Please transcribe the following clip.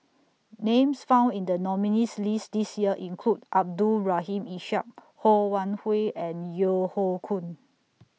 Names found in The nominees' list This Year include Abdul Rahim Ishak Ho Wan Hui and Yeo Hoe Koon